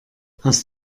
hast